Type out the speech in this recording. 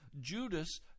Judas